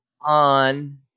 on